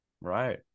Right